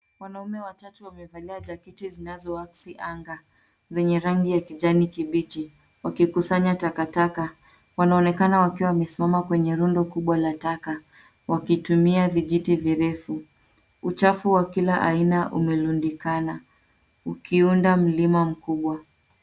Wanaume watatu wamevalia jaketi zinazoaksi anga, zenye rangi ya kijani kibichi wakikusanya takataka. Wanaonekana wakiwa wamesimama kwenye rundo kubwa la taka, wakitumia vijiti virefu. Uchafu wa kila aina umerundikana, ukiunda mlima mkubwa.